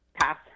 Pass